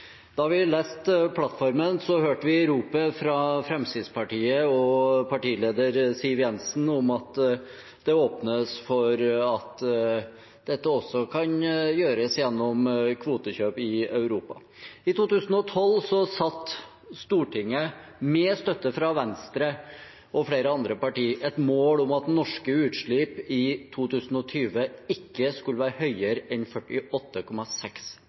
Da vi leste plattformen, hørte vi ropet fra Fremskrittspartiet og partileder Siv Jensen om at det åpnes for at dette også kan gjøres gjennom kvotekjøp i Europa. I 2012 satte Stortinget, med støtte fra Venstre og flere andre partier, et mål om at norske utslipp i 2020 ikke skulle være høyere enn 48,6